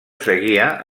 seguia